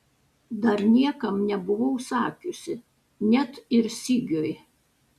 dar niekam nebuvau sakiusi net ir sigiui